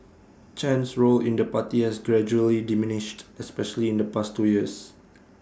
Chen's role in the party has gradually diminished especially in the past two years